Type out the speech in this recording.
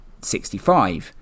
65